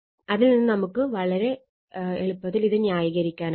അതിൽ നിന്ന് നമുക്ക് ഇത് എളുപ്പത്തിൽ ന്യായീകരിക്കാനാകും